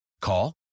Call